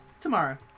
Tomorrow